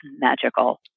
magical